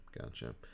gotcha